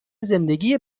زندگی